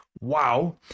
wow